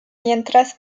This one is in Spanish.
mientras